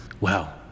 Wow